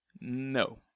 No